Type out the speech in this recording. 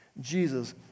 Jesus